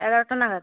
এগারোটা নাগাদ